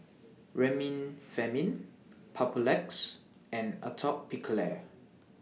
Remifemin Papulex and Atopiclair